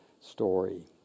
story